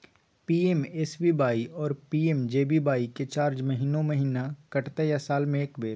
PMSBY आरो PMJBY के charge महीने महीना कटते या साल म एक बेर?